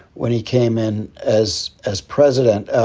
when he came in as as president.